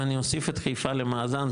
אם אני יוסיף את חיפה למאזן,